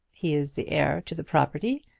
he is the heir to the property,